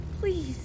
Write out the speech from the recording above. Please